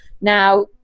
Now